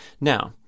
Now